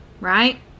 right